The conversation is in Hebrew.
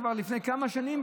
כבר לפני כמה שנים,